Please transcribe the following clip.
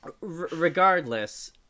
Regardless